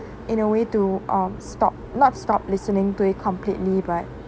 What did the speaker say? in a way to uh stop not stop listening to it completely but